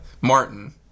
Martin